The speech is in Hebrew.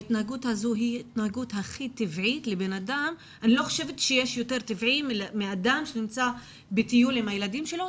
אני לא חושבת שיש יותר טבעי מאדם שנמצא בטיול עם הילדים שלו.